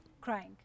Crying